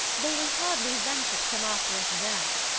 they will hardly venture to come after us there.